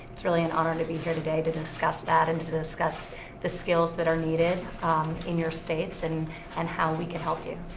it's really an honor to be here today to discuss that and to discuss the skills that are needed in your states, and and how we can help you.